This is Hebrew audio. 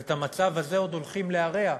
ואת המצב הזה עוד הולכים להרע.